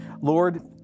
Lord